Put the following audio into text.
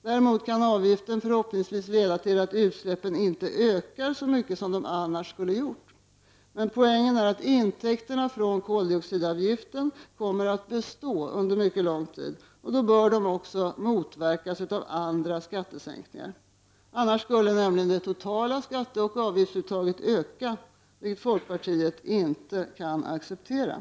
Däremot kan avgiften förhoppningsvis leda till att utsläppen inte ökar så mycket som de annars skulle ha gjort. Poängen är att intäkterna från koldioxidavgiften kommer att bestå under mycket lång tid, och då bör de också motverkas av andra skattesänkningar. Annars skulle nämligen det totala skatteoch avgiftsuttaget öka, vilket folk Prot. 1989/90:140 partiet inte kan acceptera.